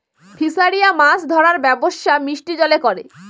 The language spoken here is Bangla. ফিসারিরা মাছ ধরার ব্যবসা মিষ্টি জলে করে